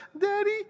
daddy